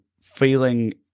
feeling